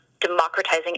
democratizing